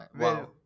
Wow